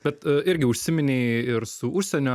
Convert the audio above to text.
bet irgi užsiminei ir su užsienio